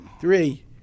three